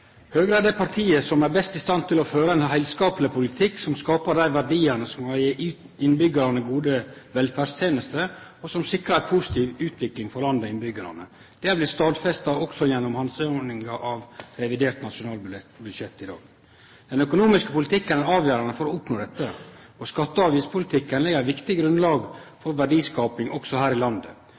Høgre er det partiet som best er i stand til å føre ein heilskapleg politikk som skapar dei verdiane som kan gje innbyggjarane gode velferdstenester og sikre ei positiv utvikling for landet og for innbyggjarane. Det har blitt stadfesta også gjennom handsaminga av revidert nasjonalbudsjett i dag. Den økonomiske politikken er avgjerande for å oppnå dette, og skatte- og avgiftspolitikken legg eit viktig grunnlag for verdiskaping også her i landet.